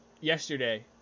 yesterday